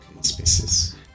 spaces